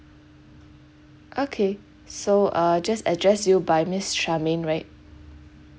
okay so uh just address you by miss charmaine right